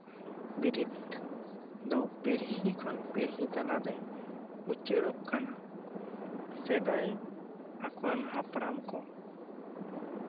ᱵᱤᱨᱤᱫ ᱫᱚ ᱯᱤᱲᱦᱤ ᱠᱷᱚᱱ ᱯᱤᱲᱦᱤ ᱛᱟᱞᱟ ᱨᱮ ᱩᱪᱟᱹᱲᱚᱜ ᱠᱟᱱᱟ ᱥᱮᱫᱟᱭ ᱟᱠᱚᱨᱮᱱ ᱦᱟᱯᱲᱟᱢ ᱠᱚ